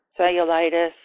cellulitis